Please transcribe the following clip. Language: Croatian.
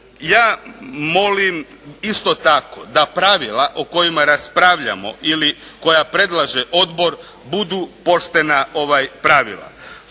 Ja molim isto tako da pravila o kojima raspravljamo ili koja predlaže odbor budu poštena pravila.